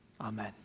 Amen